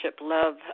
love